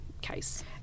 case